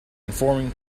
informing